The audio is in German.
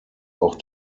auch